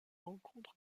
rencontre